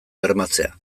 bermatzea